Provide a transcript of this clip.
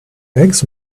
eggs